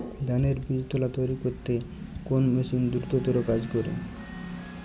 ধানের বীজতলা তৈরি করতে কোন মেশিন দ্রুততর কাজ করে?